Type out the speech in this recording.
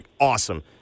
awesome